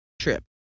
trip